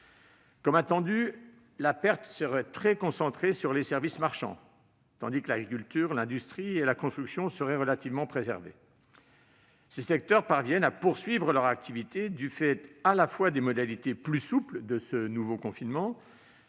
était attendu, la perte serait très concentrée sur les services marchands, tandis que l'agriculture, l'industrie et la construction seraient relativement préservées. De fait, ces secteurs parviennent à poursuivre leur activité du fait à la fois des modalités plus souples du nouveau confinement,